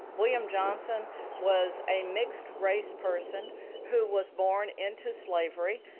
william johnson was a mixed-race person who was born into slavery.